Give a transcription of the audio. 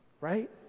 right